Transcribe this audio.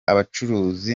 abacuruzi